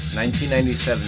1997